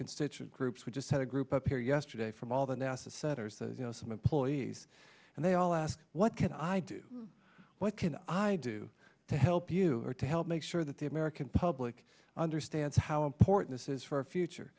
constituent groups we just had a group up here yesterday from all the nasa centers you know some employees and they all ask what can i do what can i do to help you or to help make sure that the american public understands how important this is for a future